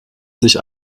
sich